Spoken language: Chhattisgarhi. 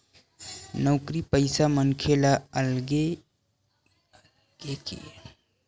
नउकरी पइसा मनखे ल अलगे ले सेलरी खाता खोलाय के जरूरत नइ हे